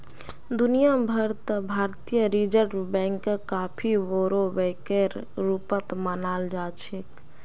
दुनिया भर त भारतीय रिजर्ब बैंकक काफी बोरो बैकेर रूपत मानाल जा छेक